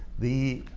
the